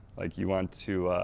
like you want to